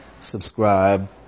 Subscribe